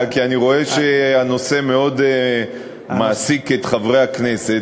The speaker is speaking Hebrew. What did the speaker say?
אלא כי אני רואה שהנושא מאוד מעסיק את חברי הכנסת,